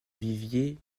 vivier